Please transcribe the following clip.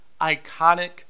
iconic